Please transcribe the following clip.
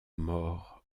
mort